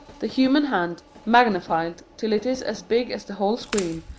the human hand, magnified till it is as big as the whole screen,